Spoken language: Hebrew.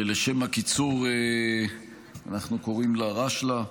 שלשם הקיצור ואנחנו קוראים לה רשלא"ה,